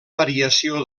variació